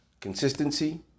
Consistency